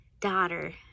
daughter